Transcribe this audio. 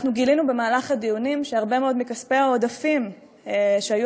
אנחנו גילינו במהלך הדיונים שהרבה מאוד מכספי העודפים שהיו